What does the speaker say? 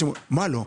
מה לא?